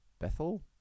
Bethel